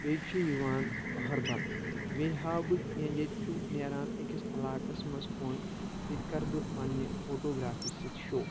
بیٚیہِ چھُ یِوان أہربَل بیٚیہِ ہاو بہٕ کینٛہہ ییٚتہِ چھُ نیران أکِس علاقَس منٛز کۄنٛگ تِتہِ کَرٕ بہٕ پننہِ فوٹوگرافی سۭتۍ شو